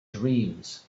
dreams